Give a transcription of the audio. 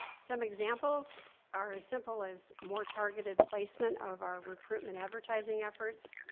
some examples are as simple as more targeted placement of our recruitment advertising efforts,